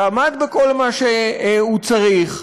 שעמד בכל מה שהוא צריך,